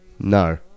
no